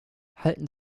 halten